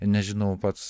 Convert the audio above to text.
nežinau pats